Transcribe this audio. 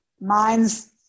minds